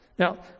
Now